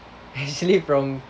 actually from